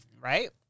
right